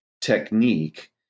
technique